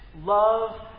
love